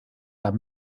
las